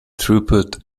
throughput